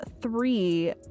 three